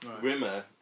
Rimmer